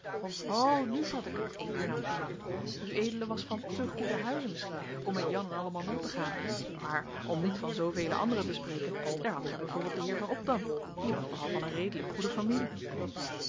o nu vat ik het hernam suzanna ued was van te goeden huize misschien om met jan en alleman om te gaan maar om niet van zoovele anderen te spreken daar hadt gij b v den heer van obdam die was nogal van een redelijk goede familie